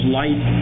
light